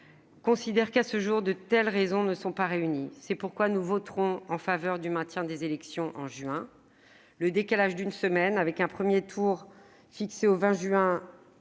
considère que, à ce jour, ces raisons ne sont pas réunies. C'est pourquoi nous voterons en faveur du maintien des élections en juin prochain. Le décalage d'une semaine, avec un premier tour fixé au 20 juin